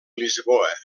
lisboa